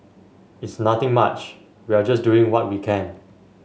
it's nothing much we are just doing what we can